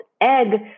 egg